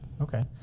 Okay